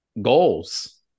Goals